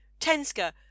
Tenska